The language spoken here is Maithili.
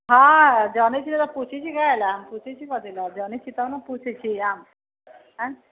हँ जानय छियै तऽ पुछै छियै काहे लए पुछै छी कथी लए जानै छी तब ने पुछै छी आम आंय